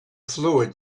fluid